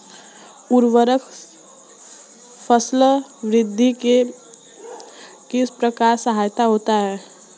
उर्वरक फसल वृद्धि में किस प्रकार सहायक होते हैं?